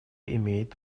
имеет